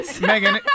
Megan